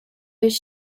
his